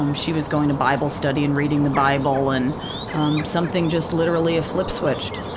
um she was going to bible study and reading the bible, and um, something just literally, a flipped switch.